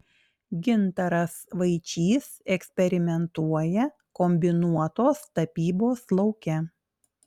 gintaras vaičys eksperimentuoja kombinuotos tapybos lauke